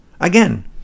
Again